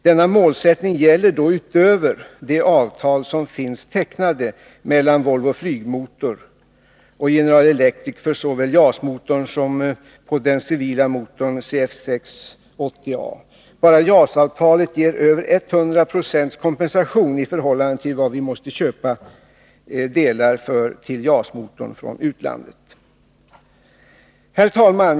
Denna målsättning gäller då utöver de avtal som finns tecknade mellan Volvo Flygmotor och General Electric för såväl JAS motorn som den civila motorn CF6-80A. Enbart JAS-avtalet ger över 100 96 kompensation i förhållande till vad vi måste köpa delar för till JAS-motorn från utlandet. Herr talman!